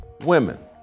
Women